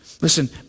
Listen